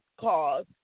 cause